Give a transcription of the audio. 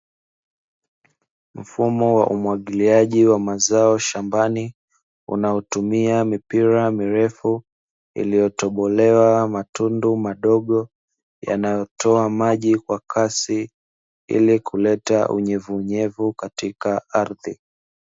Mfumo wa umwagiliaji wa mazao shambani, unaotumia mipira mirefu iliyotobolewa matundu madogo yanayotoa maji kwa kasi, ili kuleta unyevunyevu katika ardhi.